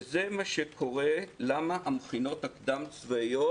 וזה מה שקורה למה המכינות הקדם-צבאיות